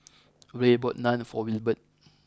Rey bought Naan for Wilbert